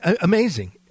Amazing